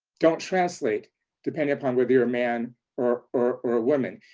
don't translate depending upon whether you're a man or or a woman.